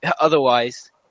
otherwise